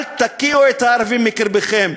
אל תקיאו את הערבים מקרבכם,